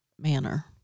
manner